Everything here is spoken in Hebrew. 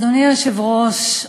אדוני היושב-ראש,